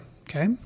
Okay